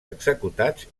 executats